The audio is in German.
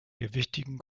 gewichtigen